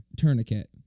tourniquet